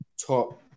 top